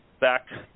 back